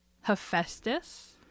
Hephaestus